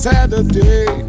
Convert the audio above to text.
Saturday